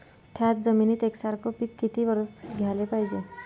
थ्याच जमिनीत यकसारखे पिकं किती वरसं घ्याले पायजे?